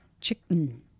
chicken